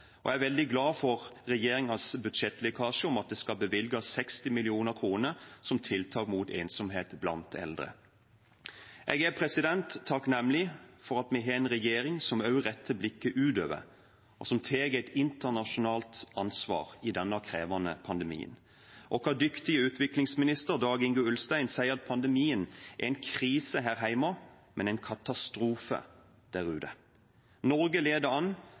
Jeg er veldig glad for regjeringens budsjettlekkasje om at det skal bevilges 60 mill. kr til tiltak mot ensomhet blant eldre. Jeg er takknemlig for at vi har en regjering som også retter blikket utover, og som tar et internasjonalt ansvar i denne krevende pandemien. Vår dyktige utviklingsminister, Dag-Inge Ulstein, sier at pandemien er en krise her hjemme, men en katastrofe der ute. Norge leder an